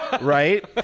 right